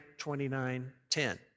29.10